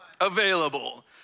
available